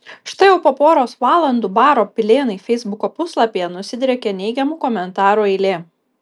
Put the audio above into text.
štai jau po poros valandų baro pilėnai feisbuko puslapyje nusidriekė neigiamų komentarų eilė